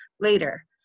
later